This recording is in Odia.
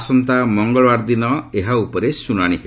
ଆସନ୍ତା ମଙ୍ଗଳବାର ଦିନ ଏହା ଉପରେ ଶୁଣାଣି ହେବ